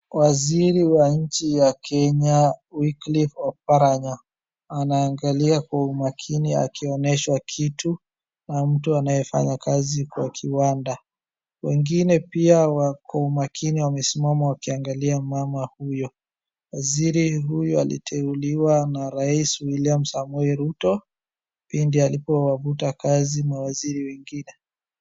Waziri wa nchi ya Kenya Wycliffe Oparanya anaangalia kwa umakini akionyeshwa kitu na mtu anayefanya kazi kwa kiwanda. Wengine pia kwa umakini wamesimama wakiangalia mama huyo. Waziri huyo aliteuliwa na rais William Samoei Ruto pindi alipowavuta kazi mawaziri wengine.